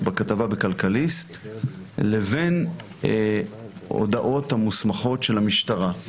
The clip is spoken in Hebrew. בכתבה בכלכליסט לבין ההודעות המוסמכות של המשטרה.